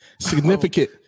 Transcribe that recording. Significant